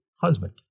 husband